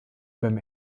beim